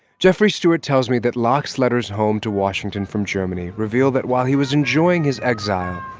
jeffrey stewart tells me that locke's letters home to washington from germany reveal that while he was enjoying his exile,